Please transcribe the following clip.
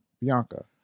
Bianca